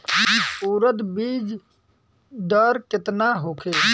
उरद बीज दर केतना होखे?